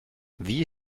wie